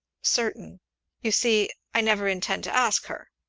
certain you see, i never intend to ask her.